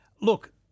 look